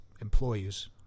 employees